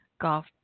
golf